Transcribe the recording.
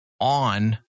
on